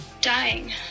dying